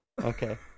okay